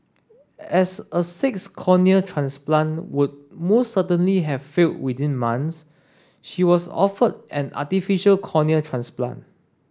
as a sixth cornea transplant would most certainly have failed within months she was offered an artificial cornea transplant